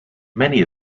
many